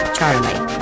Charlie